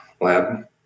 lab